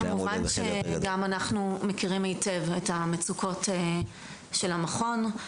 כמובן שגם אנחנו מכירים היטב את המצוקות של המכון.